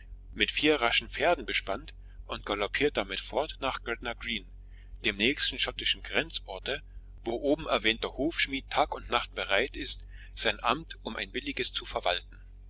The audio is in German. mit vier raschen pferden bespannt und galoppiert damit fort nach gretna green dem nächsten schottischen grenzorte wo oben erwähnter hufschmied tag und nacht bereit ist sein amt um ein billiges zu verwalten